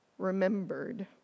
remembered